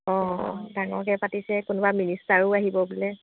অঁ ডাঙৰকৈ পাতিছে কোনোবা মিনিষ্টাৰো আহিব বোলে